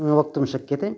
वक्तुं शक्यते